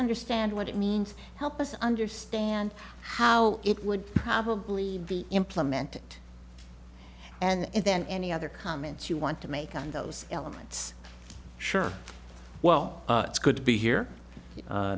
understand what it means help us understand how it would probably be implemented and then any other comments you want to make on those elements sure well it's good to be here